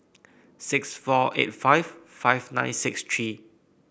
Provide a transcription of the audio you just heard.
six four eight five five nine six three